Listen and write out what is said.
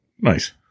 Nice